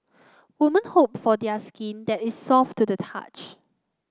woman hope for their skin that is soft to the touch